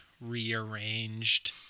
rearranged